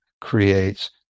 creates